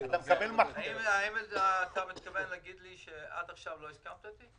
האם אתה מתכוון להגיד לי שעד עכשיו לא הסכמת איתי?